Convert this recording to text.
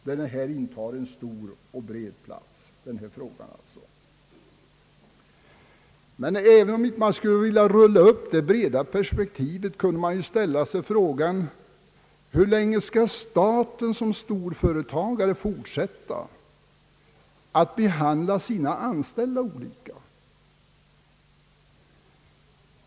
Denna fråga intar där en stor plats. Men även om man inte skulle vilja rulla upp det breda perspektivet, kunde man ställa sig frågan: Hur länge skall staten som storföretagare fortsätta att behandla sina anställda olika?